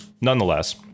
nonetheless